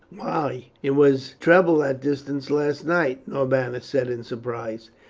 why, it was treble that distance last night, norbanus said in surprise.